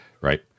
right